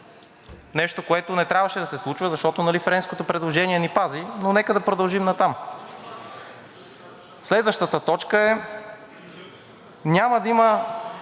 Нещо, което не трябваше да се случва, защото нали френското предложение ни пази, но нека да продължим натам. Следващата точка е, няма да има…